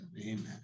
Amen